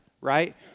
right